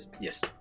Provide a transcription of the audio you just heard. Yes